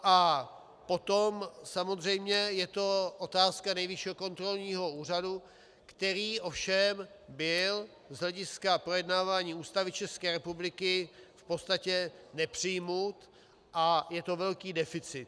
A potom samozřejmě to je otázka Nejvyššího kontrolního úřadu, který ovšem byl z hlediska projednávání Ústavy České republiky v podstatě nepřijmut, a je to velký deficit.